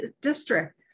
District